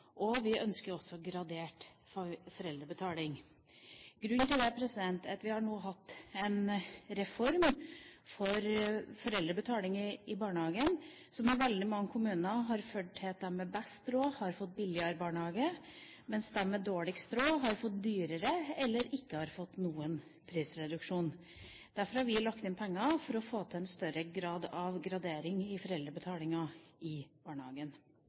og vi ønsker også gradert foreldrebetaling. Grunnen til det er at vi nå har hatt en reform når det gjelder foreldrebetaling i barnehagen. I veldig mange kommuner har det ført til at de med best råd har fått billigere barnehage, mens de med dårligst råd har fått dyrere eller ikke fått noen prisreduksjon. Derfor har vi lagt inn penger for å få til en større grad av gradering i foreldrebetalinga i barnehagen.